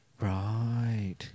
Right